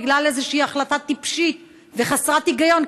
בגלל איזושהי החלטה טיפשית וחסרת היגיון,